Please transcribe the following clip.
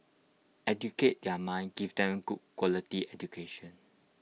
educate their mind give them good quality education